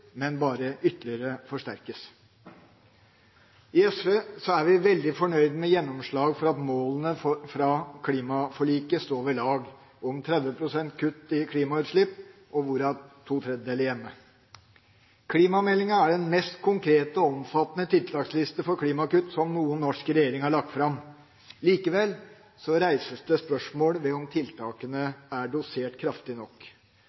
men bare ytterligere forsterkes. I SV er vi veldig fornøyd med å ha fått gjennomslag for at målene for klimaforliket står ved lag – 30 pst. kutt i klimautslipp, hvorav to tredjedeler hjemme. Klimameldinga er den mest konkrete og omfattende tiltaksliste for klimakutt som noen norsk regjering har lagt fram. Likevel reises det spørsmål ved om tiltakene er dosert kraftig nok.